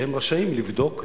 והם רשאים לבדוק,